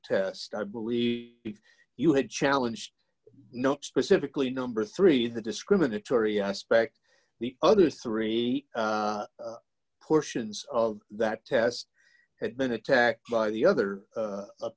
test i believe if you had challenged not specifically number three the discriminatory aspect the other three portions of that test had been attacked by the other